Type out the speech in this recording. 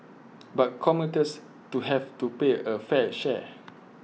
but commuters to have to pay A fair share